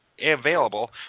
available